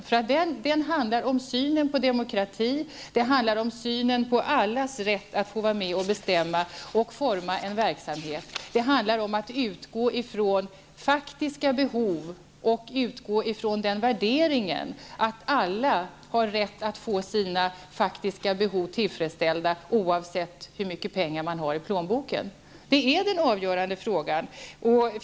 Det handlar om synen på demokrati och om synen på allas rätt att få vara med och forma en verksamhet. Det handlar också om att utgå från faktiska behov och från värderingen att alla har rätt att få sina faktiska behov tillgodosedda oavsett hur mycket pengar de har i plånboken. Det är de avgörande frågorna.